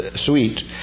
suite